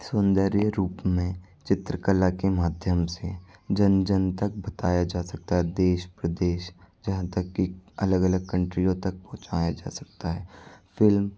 सौंदर्य रूप मे चित्रकला के माध्यम से जन्म जन्म तक बताया जा सकता है देश प्रदेश यहाँ तक कि अलग अलग कंट्रीयों तक पहुँचाया जा सकता है फ़िल्म